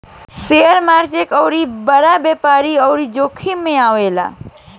share market अउरी बड़ व्यापार अउरी जोखिम मे आवेला